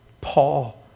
Paul